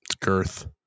Girth